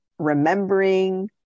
remembering